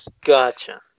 Gotcha